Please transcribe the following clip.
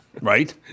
Right